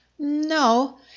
No